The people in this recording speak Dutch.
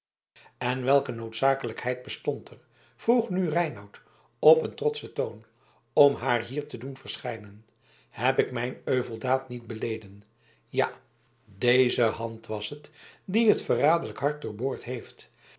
en welke noodzakelijkheid bestond er vroeg nu reinout op een trotschen toon om haar hier te doen verschijnen heb ik mijn euveldaad niet beleden ja deze hand was het die het verraderlijk hart doorboord heeft